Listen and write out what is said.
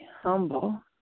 humble